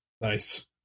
Nice